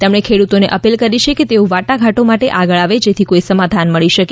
તેમણે ખેડૂતોને અપીલ કરી કે તેઓ વાટાઘાટો માટે આગળ આવે જેથી કોઈ સમાધાન મળી શકે